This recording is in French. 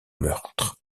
meurtre